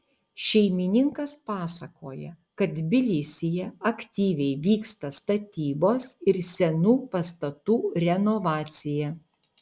šeimininkas pasakoja kad tbilisyje aktyviai vyksta statybos ir senų pastatų renovacija